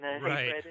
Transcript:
Right